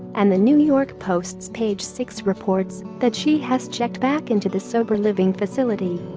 and the new york post's page six reports that she has checked back into the sober living facility